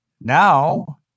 Now